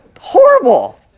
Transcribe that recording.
horrible